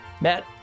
Matt